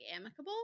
amicable